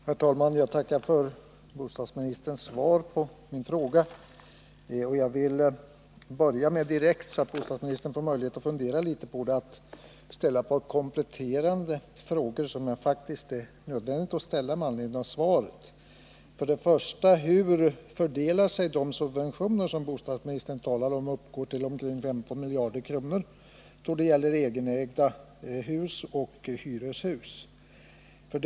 Herr talman! Jag tackar för bostadsministerns svar på min fråga. Jag vill börja med direkt, så att bostadsministern får möjlighet att fundera på det, att ställa ett par kompletterande frågor, som det faktiskt är nödvändigt att ställa med anledning av svaret. 1. Hur fördelar sig de subventioner på 15 miljarder kronor som bostadsministern talar om då det gäller egenägda hus och hyreshus? 2.